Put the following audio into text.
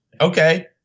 okay